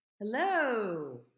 Hello